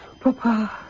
Papa